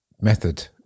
method